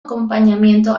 acompañamiento